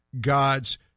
God's